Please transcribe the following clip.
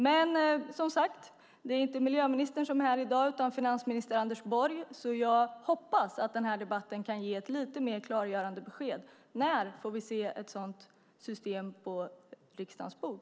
Men som sagt, det är inte miljöministern som är här i dag utan finansminister Anders Borg. Jag hoppas alltså att denna debatt kan ge ett lite mer klargörande besked. När får vi se ett sådant system på riksdagens bord?